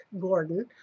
Gordon